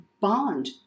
bond